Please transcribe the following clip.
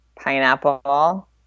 pineapple